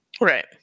Right